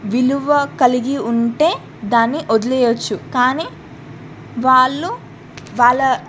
విలువ కలిగి ఉంటే దాన్ని వదిలేయొచ్చు కానీ వాళ్ళు వాళ్ళ